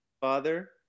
father